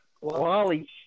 Wally